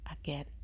again